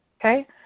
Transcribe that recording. Okay